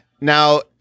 Now